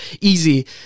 easy